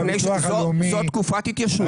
זו תקופת התיישנות.